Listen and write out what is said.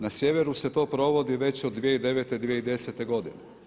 Na sjeveru se to provodi već od 2009., 2010. godine.